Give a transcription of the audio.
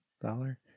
Dollar